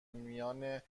میان